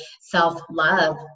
self-love